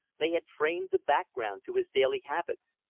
they had framed the background to his daily habit.